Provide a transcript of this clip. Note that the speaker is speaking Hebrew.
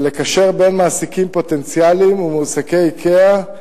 לקשר בין מעסיקים פוטנציאליים ומועסקי "איקאה",